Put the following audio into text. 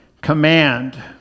command